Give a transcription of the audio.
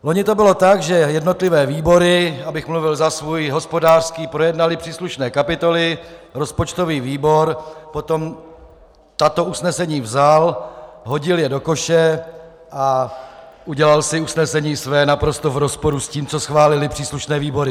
Loni to bylo tak, že jednotlivé výbory, abych mluvil za svůj hospodářský, projednaly příslušné kapitoly, rozpočtový výbor potom tato usnesení vzal, hodil je do koše a udělal si usnesení své naprosto v rozporu s tím, co schválily příslušné výbory.